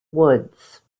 woods